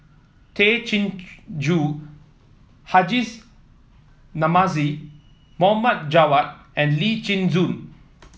Tay Chin Joo Hajis Namazie Mohd Javad and Lee Chin Koon